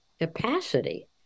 capacity